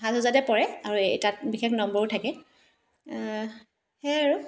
সাজ সজ্জাতে পৰে আৰু তাত বিশেষ নম্বৰো থাকে সেয়াই আৰু